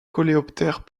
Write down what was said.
coléoptères